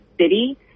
city